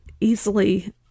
easily